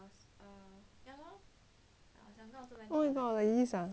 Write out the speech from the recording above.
oh my god like this ah